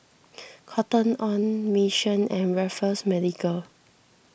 Cotton on Mission and Raffles Medical